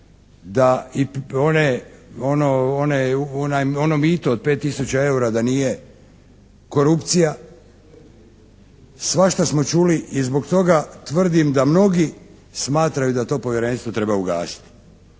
ono mito od pet tisuća EUR-a da nije korupcija, svašta smo čuli i zbog toga tvrdim da mnogi smatraju da to Povjerenstvo treba ugasiti.